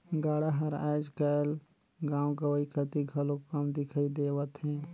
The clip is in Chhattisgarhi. गाड़ा हर आएज काएल गाँव गंवई कती घलो कम दिखई देवत हे